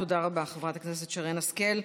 תודה רבה, חברת הכנסת שרן השכל.